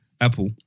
Apple